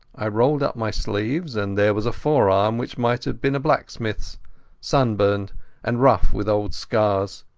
i rolled up my sleeves, and there was a forearm which might have been a blacksmithas, sunburnt and rough with old scars.